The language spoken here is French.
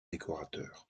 décorateur